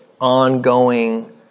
ongoing